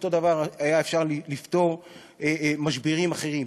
היה אפשר לפתור משברים אחרים,